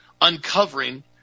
uncovering